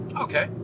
Okay